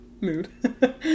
Mood